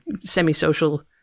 semi-social